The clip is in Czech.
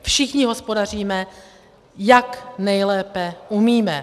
Všichni hospodaříme, jak nejlépe umíme.